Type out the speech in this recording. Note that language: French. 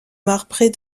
marbrée